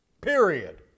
Period